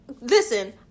listen